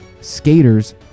skaters